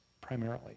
primarily